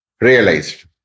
realized